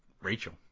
Rachel